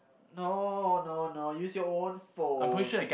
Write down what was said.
no no no use your own phone